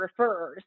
referrers